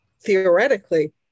theoretically